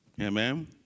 Amen